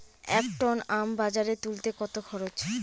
এক টন আম বাজারে তুলতে কত খরচ?